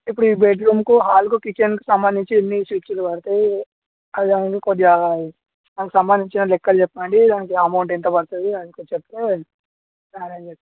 ఇప్పుడు ఈ బెడ్రూమ్కు హాల్కు కిచెన్కు సంబంధించి ఎన్ని స్విచ్చులు పడతాయి అవి అన్నీకొద్దిగా వాటికి సంబంధించిన లెక్కలు చెప్పండి దానికి ఎమౌంట్ ఎంత పడుతుంది అది కూడా చెప్తే నేను అరేంజ్ చేస్తాను